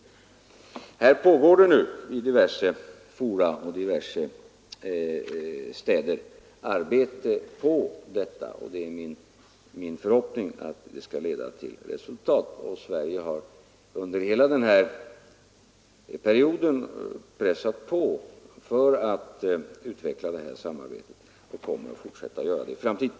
Det pågår nu i diverse fora och i olika huvudstäder ett arbete på detta, och det är min förhoppning att det arbetet skall leda till resultat. Sverige har under hela denna period pressat på för att utveckla detta samarbete och kommer att fortsätta att göra det i framtiden.